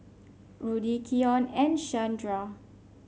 Rudy Keion and Shandra